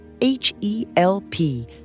H-E-L-P